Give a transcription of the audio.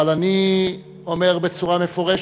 אבל אני אומר בצורה מפורשת,